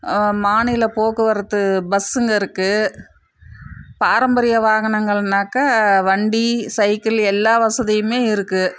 மாநில போக்குவரத்து பஸ்ஸுங்க இருக்குது பாரம்பரிய வாகனங்கள்னாக்கா வண்டி சைக்கிள் எல்லா வசதியுமே இருக்குது